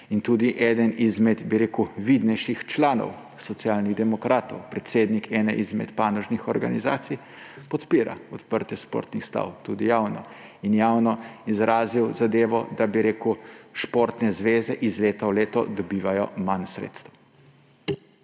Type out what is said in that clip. In tudi eden izmed vidnejših članov Socialnih demokratov, predsednik ene izmed panožnih organizacij, podpira odprtje športnih stav, tudi javno. In javno je izrazil zadevo, da športne zveze iz leta v leto dobivajo manj sredstev.